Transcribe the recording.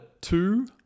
two